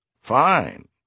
Fine